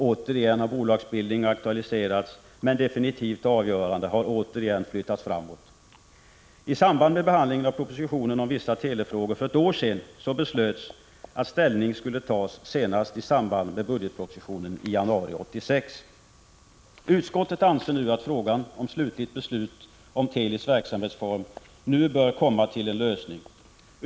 Återigen har bolagsbildning aktualiserats, men frågans definitiva avgörande har på nytt flyttats fram i tiden. I samband med behandlingen av propositionen om vissa telefrågor för ett år sedan beslöts att ställning skulle tas senast i budgetpropositionen i januari 1986. Utskottet anser att frågan om slutligt beslut om Telis verksamhetsform nu bör komma till en lösning.